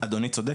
אדוני צודק,